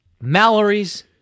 Mallory's